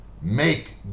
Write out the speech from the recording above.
make